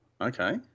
Okay